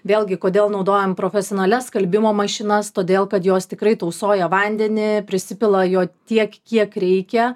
vėlgi kodėl naudojam profesionalias skalbimo mašinas todėl kad jos tikrai tausoja vandenį prisipila jo tiek kiek reikia